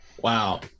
Wow